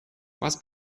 was